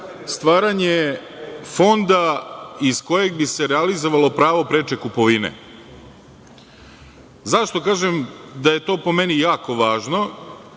stvaranje fonda iz kojeg bi se realizovalo pravo preče kupovine. Zašto kažem da je to, po meni, jako važno?